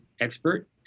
expert